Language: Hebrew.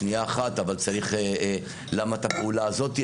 שנייה אחת אבל למה את הפעולה הזאת,